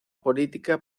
política